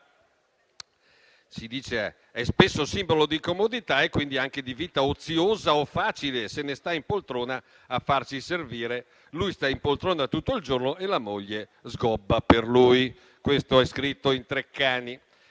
Si dice che è spesso simbolo di comodità e, quindi, anche di vita oziosa o facile; «se ne sta in poltrona a farsi servire; lui sta in poltrona tutto il giorno e la moglie sgobba per lui». Questo è scritto in Treccani.